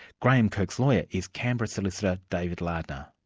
graeme kirk's lawyer is canberra solicitor, david lardner.